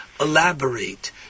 elaborate